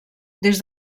des